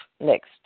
Next